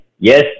Yes